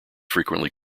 frequently